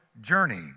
journey